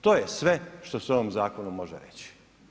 To je sve što se o ovom zakonu može reći.